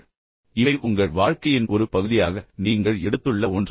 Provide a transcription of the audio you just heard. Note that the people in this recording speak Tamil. இப்போது இவை உங்கள் வாழ்க்கையின் ஒரு பகுதியாக நீங்கள் எடுத்துள்ள ஒன்று